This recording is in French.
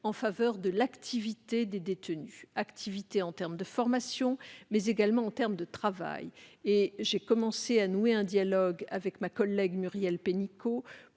en faveur de l'activité des détenus en termes de formation, mais également de travail. J'ai commencé à nouer un dialogue avec ma collègue Muriel Pénicaud